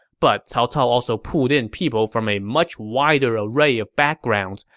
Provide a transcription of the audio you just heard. but he ah so also pulled in people from a much wider array of backgrounds,